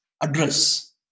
address